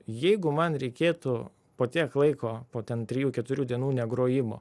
jeigu man reikėtų po tiek laiko po ten trijų keturių dienų ne grojimo